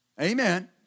Amen